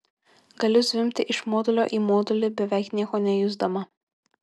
galiu zvimbti iš modulio į modulį beveik nieko nejusdama